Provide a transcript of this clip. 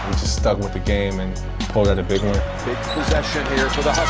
just stuck with the game and pulled out a bigger possession here for the